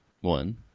one